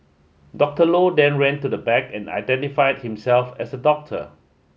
Doctor Low then ran to the back and identified himself as a doctor